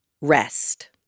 rest